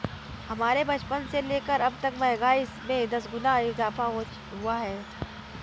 हमारे बचपन से लेकर अबतक महंगाई में दस गुना इजाफा हुआ है